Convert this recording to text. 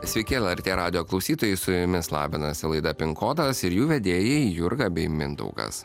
sveiki lrt radijo klausytojai su jumis labinasi laida pin kodas ir jų vedėjai jurga bei mindaugas